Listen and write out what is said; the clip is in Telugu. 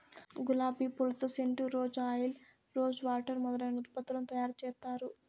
గులాబి పూలతో scent, rose oil, rose water మొదలైన ఉత్పత్తులను తయారు చేత్తారు